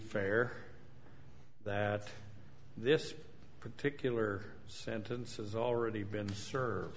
fair that this particular sentence has already been served